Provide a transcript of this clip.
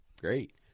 great